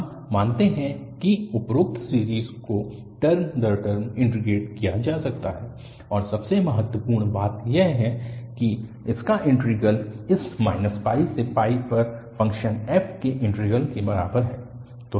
हम मानते हैं कि उपरोक्त सीरीज़ को टर्म दर टर्म इन्टीग्रेट किया जा सकता है और सबसे महत्वपूर्ण बात यह है कि इसका इंटीग्रल इस से पर फंक्शन f के इंटीग्रल के बराबर है